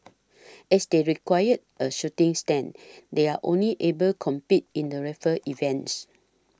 as they require a shooting stand they are only able compete in the rifle events